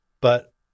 But-